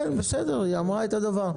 כן, בסדר, היא אמרה את הדבר.